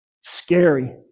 Scary